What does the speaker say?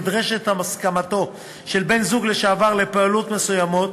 נדרשת הסכמתו של בן-הזוג לשעבר לפעולות מסוימות,